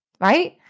Right